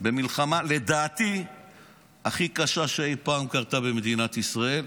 במלחמה שהיא לדעתי הכי קשה שקרתה במדינת ישראל,